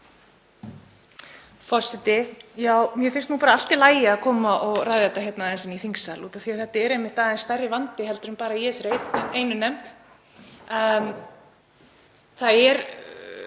Forseti. Mér finnst nú bara allt í lagi að koma og ræða þetta aðeins hér í þingsal af því að þetta er einmitt aðeins stærri vandi en bara í þessari einu nefnd. Það er